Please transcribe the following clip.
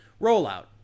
rollout